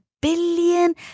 billion